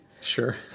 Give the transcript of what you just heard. Sure